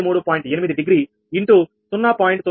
8 degree into 0